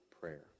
prayer